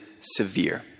severe